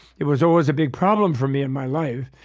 it was always a big problem for me in my life.